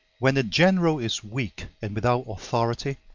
when the general is weak and without authority